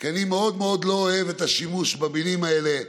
כי אני מאוד מאוד לא אוהב את השימוש במילים האלה,